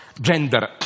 gender